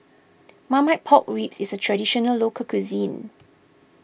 Marmite Pork Ribs is a Traditional Local Cuisine